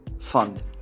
fund